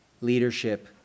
leadership